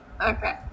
okay